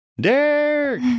Derek